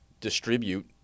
distribute